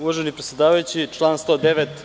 Uvaženi predsedavajući, član 109.